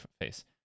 face